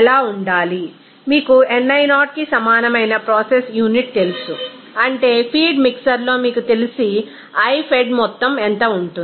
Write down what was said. ఎలా ఉండాలి మీకు ni0 కి సమానమైన ప్రాసెస్ యూనిట్ తెలుసు అంటే ఫీడ్ మిక్సర్లో మీకు తెలిసి i ఫెడ్ మొత్తం ఎంత ఉంటుంది